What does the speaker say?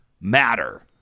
matter